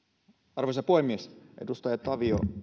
arvoisa puhemies edustaja tavio